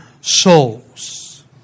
souls